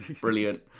Brilliant